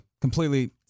Completely